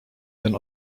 ten